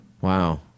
Wow